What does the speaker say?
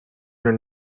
that